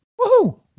Woohoo